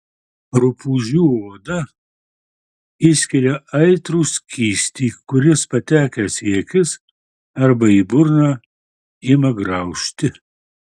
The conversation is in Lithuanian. rupūžių oda išskiria aitrų skystį kuris patekęs į akis arba į burną ima graužti